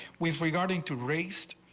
with regarding two raced.